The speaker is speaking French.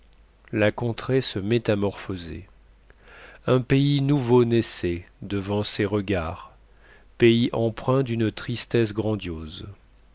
la contrée se métamorphosait un pays nouveau naissait devant ses regards pays empreint d'une tristesse grandiose